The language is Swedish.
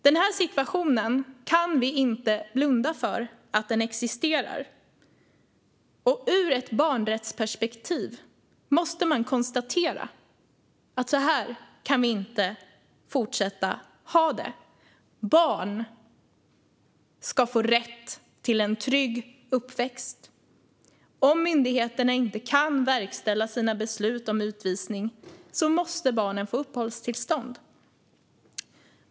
Denna situation kan vi inte blunda för att den existerar, och ur ett barnrättsperspektiv måste man konstatera att så här kan vi inte fortsätta ha det. Barn har rätt till en trygg uppväxt. Om myndigheterna inte kan verkställa sina beslut om utvisning måste barnen få uppehållstillstånd.